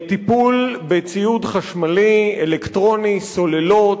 טיפול בציוד חשמלי אלקטרוני, סוללות,